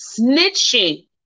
Snitching